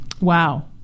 Wow